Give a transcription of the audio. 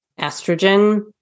estrogen